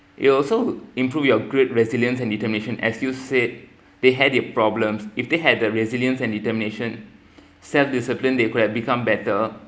it will also improve your great resilience and determination as you've said they had their problems if they had the resilience and determination self discipline they could have become better